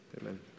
amen